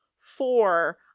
four